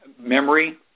memory